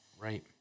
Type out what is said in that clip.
right